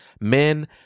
men